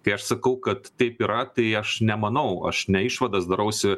kai aš sakau kad taip yra tai aš nemanau aš ne išvadas darausi